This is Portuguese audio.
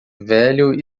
velho